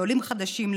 לעולים חדשים,